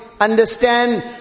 Understand